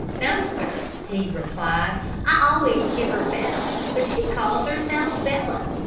no, sir, he replied i always give her bell, but she calls herself bella.